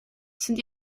sind